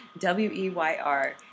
w-e-y-r